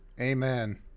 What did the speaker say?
Amen